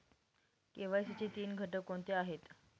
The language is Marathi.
के.वाय.सी चे तीन घटक कोणते आहेत?